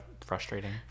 frustrating